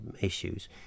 issues